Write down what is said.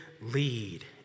lead